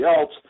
else